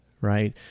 right